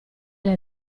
alle